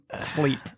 sleep